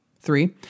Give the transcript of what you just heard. Three